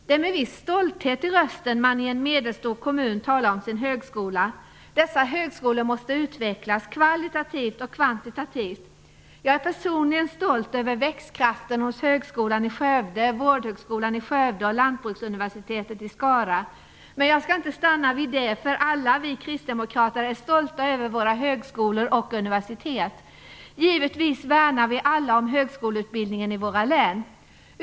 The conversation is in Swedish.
Det är med viss stolthet i rösten man i en medelstor kommun talar om sin högskola. Dessa högskolor måste utvecklas kvalitativt och kvantitativt. Jag är personligen stolt över växtkraften hos högskolan i Skövde, vårdhögskolan i Skövde och Lantbruksuniversitetet i Skara. Men jag skall inte stanna vid det. Alla vi kristdemokrater är naturligtvis stolta över våra högskolor och universitet. Givetvis värnar vi alla om högskoleutbildningen i våra län.